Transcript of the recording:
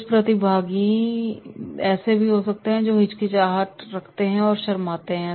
कुछ प्रतिभागी ऐसे भी हो सकते हैं जो हिचकिचाते या शर्माते हैं